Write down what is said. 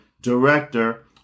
director